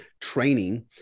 training